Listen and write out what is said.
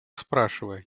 спрашивая